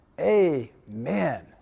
Amen